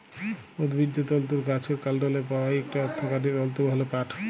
উদ্ভিজ্জ তলতুর গাহাচের কাল্ডলে পাউয়া ইকট অথ্থকারি তলতু হ্যল পাট